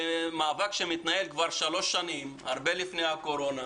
זה מאבק שמתנהל כבר שלוש שנים, הרבה לפני הקורונה.